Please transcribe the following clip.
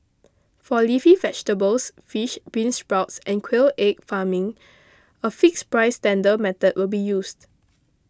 for leafy vegetables fish beansprouts and quail egg farming a fixed price tender method will be used